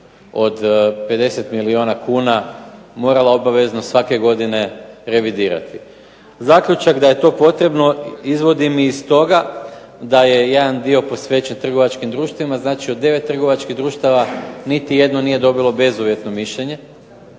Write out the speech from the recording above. od 50 milijuna kuna morala obavezno svake godine revidirati. Zaključak da je to potrebno izvodim iz toga da je jedan dio posvećen trgovačkim društvima, znači od 9 trgovačkih društava niti jedno nije dobilo bezuvjetno mišljenje.